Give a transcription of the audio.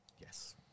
Yes